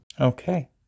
Okay